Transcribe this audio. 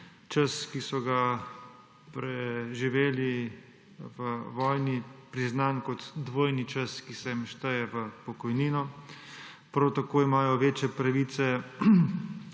čas, ki so ga preživeli v vojni, priznan kot dvojni čas, ki se jim šteje v pokojnino. Prav tako imajo večje pravice